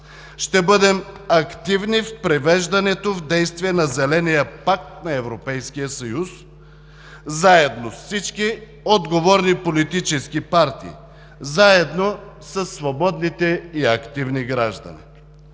ще бъдем активни в привеждането в действие на Зеления пакт на Европейския съюз, заедно с всички отговорни политически партии, заедно със свободните и активните граждани.